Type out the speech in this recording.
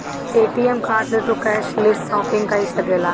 ATM card से तू cashless shopping कई सकेला